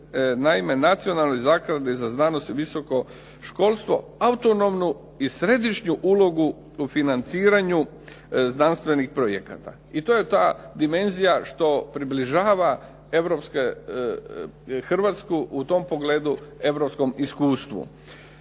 naime Nacionalnoj zakladi za znanosti i visoko školstvo autonomnu i središnju ulogu u financiranju znanstvenih projekata. I to je ta dimenzija što približava Hrvatsku u tom pogledu europskom iskustvu.